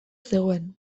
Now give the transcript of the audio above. zegoen